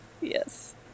yes